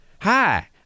Hi